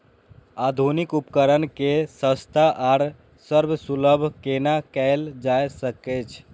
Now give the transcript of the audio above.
आधुनिक उपकण के सस्ता आर सर्वसुलभ केना कैयल जाए सकेछ?